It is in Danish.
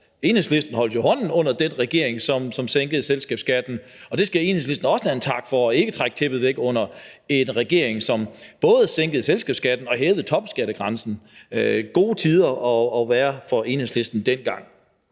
Enhedslisten holdt jo hånden under denne regering, og Enhedslisten skal også have en tak for ikke at trække tæppet væk under en regering, som både sænkede selskabsskatten og hævede topskattegrænsen. Det var gode tider for Enhedslisten dengang.